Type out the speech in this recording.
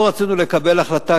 לא רצינו לקבל החלטה,